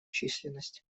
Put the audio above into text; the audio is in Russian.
численность